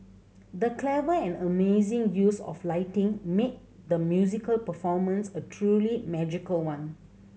the clever and amazing use of lighting made the musical performance a truly magical one